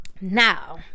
Now